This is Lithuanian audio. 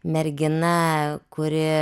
mergina kuri